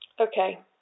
Okay